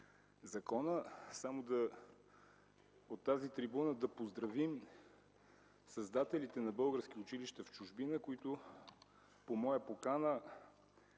закона, само от тази трибуна да поздравим създателите на български училища в чужбина, които по моя покана